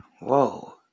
Whoa